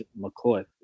McCoy